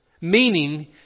meaning